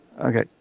Okay